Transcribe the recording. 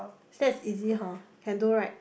Stats easy hor can do right